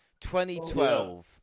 2012